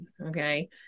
Okay